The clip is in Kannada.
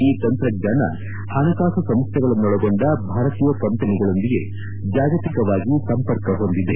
ಈ ತಂತ್ರಜ್ಞಾನ ಹಣಕಾಸು ಸಂಸ್ಥೆಗಳನ್ನೊಳಗೊಂಡ ಭಾರತೀಯ ಕಂಪನಿಗಳೊಂದಿಗೆ ಜಾಗತಿಕವಾಗಿ ಸಂಪರ್ಕ ಹೊಂದಿದೆ